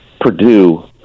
Purdue